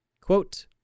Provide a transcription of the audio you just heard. Quote